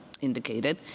indicated